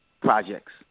projects